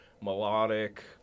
melodic